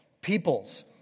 Peoples